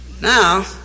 now